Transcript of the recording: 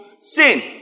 sin